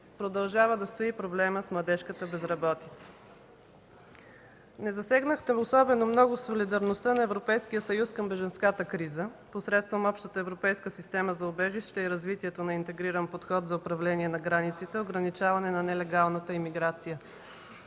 Продължава да стои проблемът с младежката безработица. Не засегнахте особено много солидарността на Европейския съюз към бежанската криза посредством общата европейска система за убежище и развитието на интегриран подход за управление на границите, ограничаване на нелегалната имиграция.